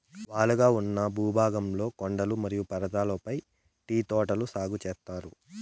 వాలుగా ఉన్న భూభాగంలో కొండలు మరియు పర్వతాలపై టీ తోటలు సాగు చేత్తారు